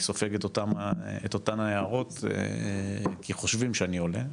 אני סופג את אותן הערות, כי חושבים שאני עולה.